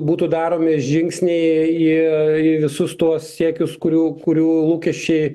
būtų daromi žingsniai į visus tuos siekius kurių kurių lūkesčiai